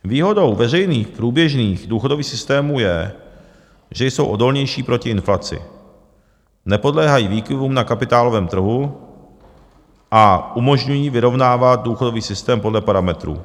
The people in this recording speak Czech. Výhodou veřejných průběžných důchodových systémů je, že jsou odolnější proti inflaci, nepodléhají výkyvům na kapitálovém trhu a umožňují vyrovnávat důchodový systém podle parametrů.